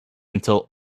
until